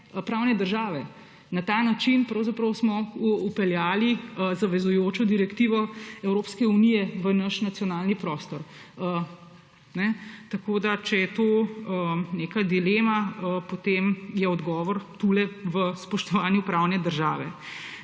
pravne države. Na ta način pravzaprav smo vpeljali zavezujočo direktivo Evropske unije v naš nacionalni prostor. Če je to neka dilema, potem je odgovor tukaj v spoštovanju pravne države.